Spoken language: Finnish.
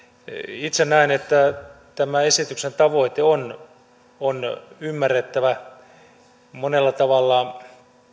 itse näen että tämän esityksen tavoite on on ymmärrettävä monella tavalla